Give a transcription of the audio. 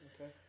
Okay